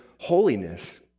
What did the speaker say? holiness